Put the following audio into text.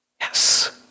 Yes